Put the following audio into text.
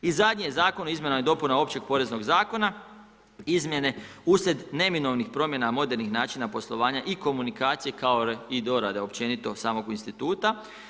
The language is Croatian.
I zadnje je Zakon o izmjenama i dopunama Općeg poreznog zakona, izmjene uslijed neminovnih promjena modernih načina poslovanja i komunikacije kao i dorade općenito samog instituta.